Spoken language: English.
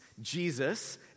Jesus